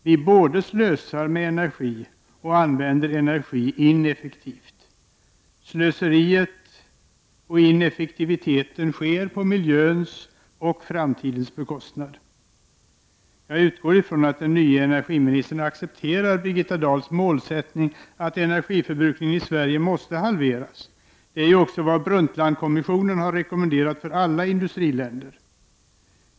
Vi både slösar med energi och använder energi ineffektivt — på miljöns och framtidens bekostnad. Jag utgår ifrån att vår nye energiminister accepterar Birgitta Dahls mål, att energiförbrukningen i Sverige måste halveras. Det är också vad Brundtlandkommissionen har rekommenderat för alla industriländer.